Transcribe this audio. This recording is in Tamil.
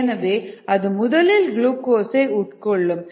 எனவே அது முதலில் குளுகோசை உட்கொள்ளும்